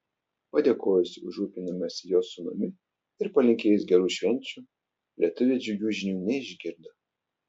padėkojusi už rūpinimąsi jos sūnumi ir palinkėjusi gerų švenčių lietuvė džiugių žinių neišgirdo